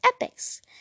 epics